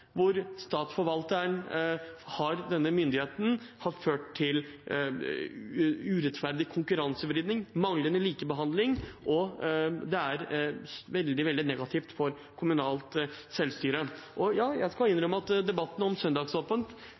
hvor Statsforvalteren har denne myndigheten, har ført til urettferdig konkurransevridning og manglende likebehandling, og det er veldig, veldig negativt for kommunalt selvstyre. Jeg skal innrømme at i debatten om søndagsåpent,